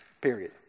Period